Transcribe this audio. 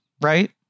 right